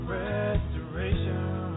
restoration